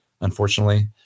unfortunately